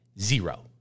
Zero